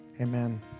Amen